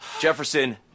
jefferson